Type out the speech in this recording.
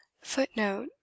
Footnote